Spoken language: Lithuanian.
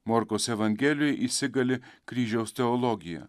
morkaus evangelijoj įsigali kryžiaus teologija